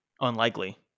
unlikely